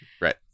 Right